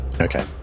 Okay